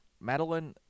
Madeline